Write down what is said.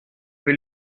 will